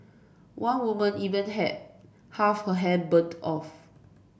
one woman even had half her hair burned off